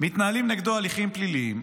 מתנהלים נגדו הליכים פליליים.